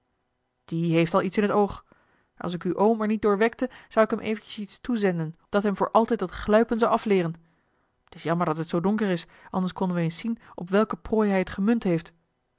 die heeft al iets in het oog als ik uw oom er niet door wekte zou ik hem eventjes iets toe zenden dat hem voor altijd dat gluipen zou afleeren t is jammer dat het zoo donker is anders konden we eens zien op welke prooi hij het gemunt heeft